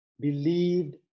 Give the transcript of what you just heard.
believed